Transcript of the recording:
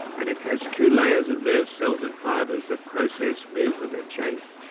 and it has two layers of nerve cells and fibres, that process movement and shape.